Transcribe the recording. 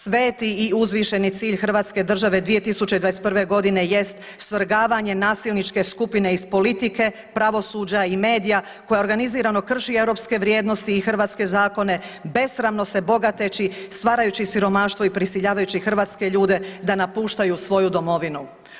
Sveti i uzvišeni cilj hrvatske države 2021. godine jest svrgavanje nasilničke skupine iz politike, pravosuđa i medija koja organizirano krši europske vrijednosti i hrvatske zakone, besramno se bogateći, stvarajući siromaštvo i prisiljavajući hrvatske ljude da napuštanju svoju domovinu.